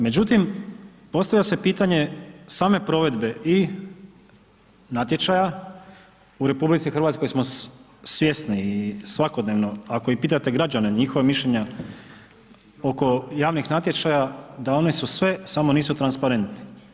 Međutim, postavlja se pitanje same provedbe i natječaja u RH smo svjesni i svakodnevno ako i pitate građane njihova mišljenja oko javnih natječaja, da oni su sve samo nisu transparentni.